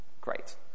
Great